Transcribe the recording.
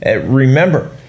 Remember